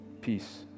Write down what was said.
peace